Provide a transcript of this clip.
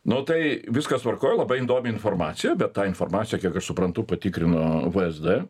nu tai viskas tvarkoj labai įdomi informacija be tą informaciją kiek aš suprantu patikrino vsd